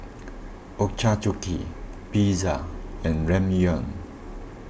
Ochazuke Pizza and Ramyeon